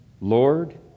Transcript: Lord